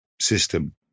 system